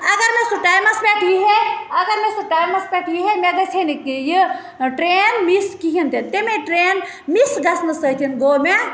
اگر نہٕ سُہ ٹایمَس پٮ۪ٹھ یی ہے اگر نہٕ سُہ ٹایمَس پٮ۪ٹھ یی ہے مےٚ گَژھِ ہے نہٕ کہِ یہِ ٹرٛین مِس کِہیٖنۍ تہِ نہٕ تَمے ٹرٛین مِس گَژھنہٕ سۭتۍ گوٚو مےٚ